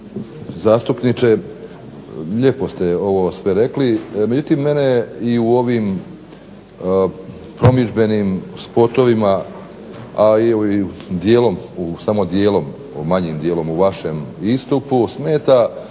zastupniče lijepo ste ovo sve rekli međutim mene i u ovim promidžbenim spotovima ali i dijelom samo dijelom manjim dijelom u vašem istupu smeta